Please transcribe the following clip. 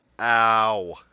Ow